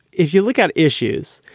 if you look at issues,